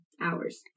hours